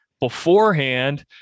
beforehand